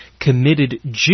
committed